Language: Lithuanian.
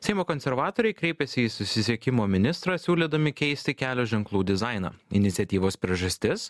seimo konservatoriai kreipėsi į susisiekimo ministrą siūlydami keisti kelio ženklų dizainą iniciatyvos priežastis